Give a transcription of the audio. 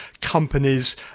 companies